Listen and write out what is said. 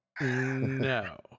No